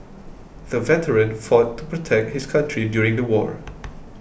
the veteran fought to protect his country during the war